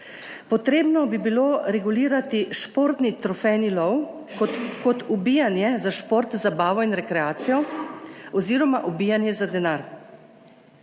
Potrebno bi bilo regulirati športni trofejni lov kot ubijanje za šport, zabavo in rekreacijo oziroma ubijanje za denar.